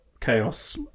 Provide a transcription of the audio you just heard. chaos